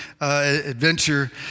adventure